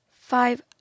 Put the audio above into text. Five